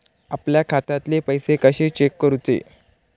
आपल्या खात्यातले पैसे कशे चेक करुचे?